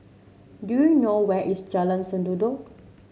do you know where is Jalan Sendudok